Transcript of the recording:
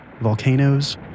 volcanoes